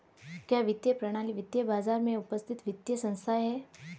क्या वित्तीय प्रणाली वित्तीय बाजार में उपस्थित वित्तीय संस्थाएं है?